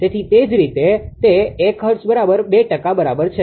તેથી તેથી જ તે 1 હર્ટ્ઝ બરાબર 2 ટકા બરાબર છે